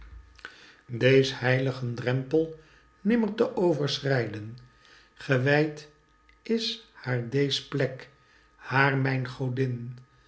deez heilgen drempel nimmer te overschrijden gewijd is haar deez plek haar mijn godin